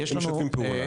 משתפים פעולה.